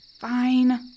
Fine